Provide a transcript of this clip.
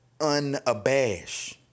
unabashed